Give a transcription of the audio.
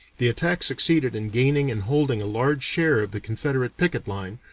the attack succeeded in gaining and holding a large share of the confederate picket line,